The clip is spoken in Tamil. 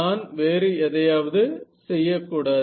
நான் வேறு எதையாவது செய்யக்கூடாது